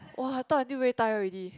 !wah! I talk until very tired already